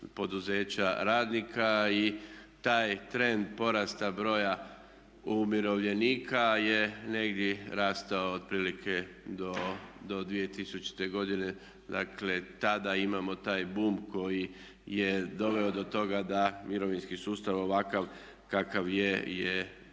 poduzeća radnika. Taj trend porasta broja umirovljenika je negdje rastao otprilike do 2000. godine. Dakle, tada imamo taj boom koji je doveo do toga da mirovinski sustav ovakav kakav je jest